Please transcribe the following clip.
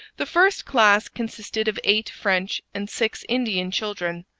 the first class consisted of eight french and six indian children.